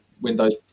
windows